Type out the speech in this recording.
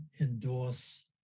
endorse